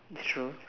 that's true